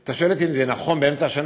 אם אתה שואל אותי אם זה נכון באמצע השנה,